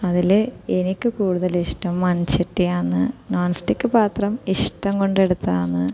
അതിൽ എനിക്ക് കൂടുതൽ ഇഷ്ടം മൺചട്ടിയാണ് നോൺ സ്റ്റിക് പാത്രം ഇഷ്ടം കൊണ്ട് എടുത്തതാണ്